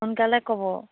সোনকালে ক'ব